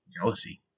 jealousy